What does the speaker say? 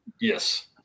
yes